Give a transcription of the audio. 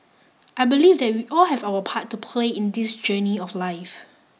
I believe that we all have our part to play in this journey of life